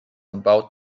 about